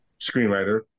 screenwriter